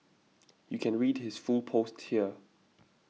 you can read his full post here